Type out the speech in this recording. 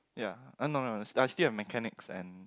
ya uh no no I I still have mechanics and